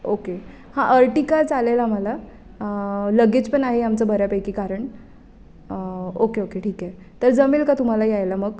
okay हां Ertiga चालेल आम्हाला लगेच पण आहे आमचं बऱ्यापैकी कारण ओके ओके ठीक आहे तर जमेल का तुम्हाला यायला मग